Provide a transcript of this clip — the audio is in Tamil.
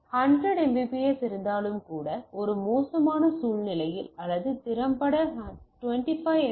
இது 100 Mbps இருந்தாலும் கூட ஒரு மோசமான சூழ்நிலையில் அல்லது திறம்பட 25 Mbps